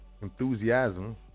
enthusiasm